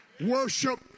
worship